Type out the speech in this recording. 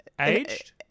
Aged